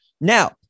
Now